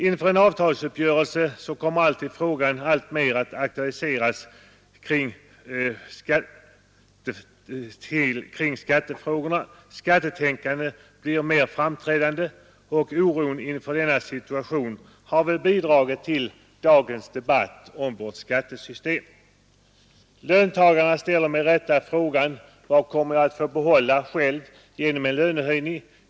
Inför en avtalsuppgörelse kommer alltid skattefrågan alltmer att aktualiseras, och skattetänkandet blir mer framträdande. Oron inför denna situation har väl bidragit till dagens debatt om vårt skattesystem. Löntagarna ställer med rätta frågan: Vad kommer jag att få behålla själv genom en lönehöjning?